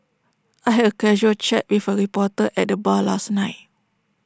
I had A casual chat with A reporter at the bar last night